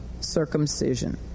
circumcision